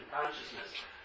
consciousness